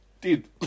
Dude